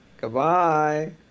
Goodbye